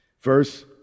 Verse